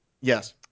Yes